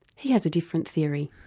he has a different theory.